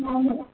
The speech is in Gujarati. હં હં